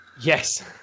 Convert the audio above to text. Yes